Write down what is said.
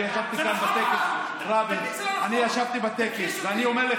אני ישבתי כאן בטקס רבין, אבל זה נכון.